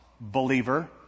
believer